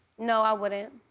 no, i wouldn't.